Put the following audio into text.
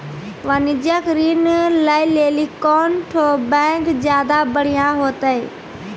वाणिज्यिक ऋण लै लेली कोन ठो बैंक ज्यादा बढ़िया होतै?